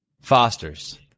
Fosters